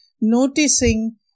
noticing